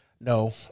No